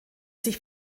sich